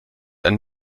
ein